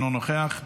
אינו נוכח,